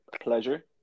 Pleasure